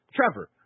Trevor